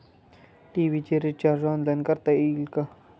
TV चे recharge online करता येईल का?